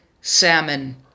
salmon